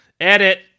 Edit